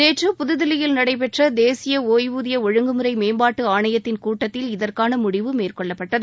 நேற்று புதுதில்லியில் நடைபெற்ற தேசிய ஒய்வூதிய ஒழங்குமுறை மேம்பாட்டு ஆணையத்தின் கூட்டத்தில் இதற்கான முடிவு மேற்கொள்ளப்பட்டது